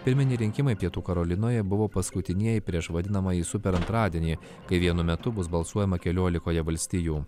pirminiai rinkimai pietų karolinoje buvo paskutinieji prieš vadinamąjį super antradienį kai vienu metu bus balsuojama keliolikoje valstijų